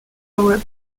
power